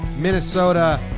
Minnesota